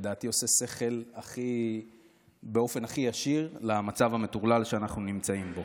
לתת אנלוגיה זה עושה שכל באופן הכי ישיר למצב המטורלל שאנחנו נמצאים בו.